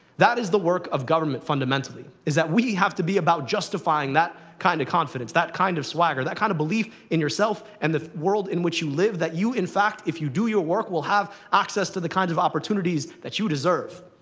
that is the work of government, fundamentally, is that we have to be about justifying that kind of confidence, that kind of swagger, that kind of believe yourself and the world in which you live that you, in fact, if you do your work, will have access to the kinds of opportunities that you deserve.